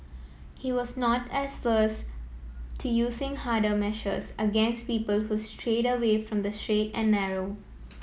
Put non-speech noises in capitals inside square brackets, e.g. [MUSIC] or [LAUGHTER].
he was not [UNINTELLIGIBLE] to using harder measures against people who strayed away from the straight and narrow